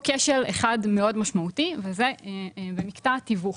כשל אחד מאוד משמעותי וזה במקטע התיווך.